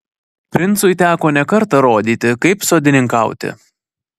princui teko ne kartą rodyti kaip sodininkauti